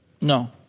No